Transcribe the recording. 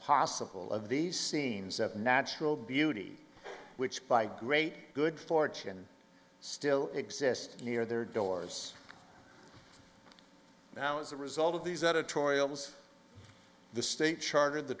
possible of these scenes at natural beauty which by great good fortune still exist near their doors now as a result of these editorials the state chartered the